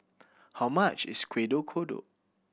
how much is kuih kodok